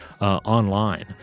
online